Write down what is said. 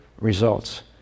results